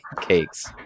cakes